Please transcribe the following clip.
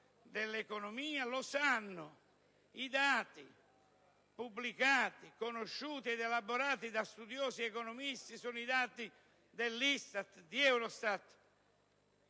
dell'economia, lo dimostrano i dati pubblicati, conosciuti ed elaborati da studiosi ed economisti (sono i dati dell'ISTAT, di EUROSTAT):